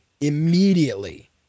immediately